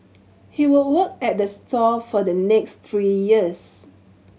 he would work at the store for the next three years